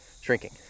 shrinking